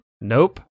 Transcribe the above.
nope